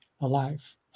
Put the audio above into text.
alive